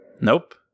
Nope